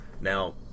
Now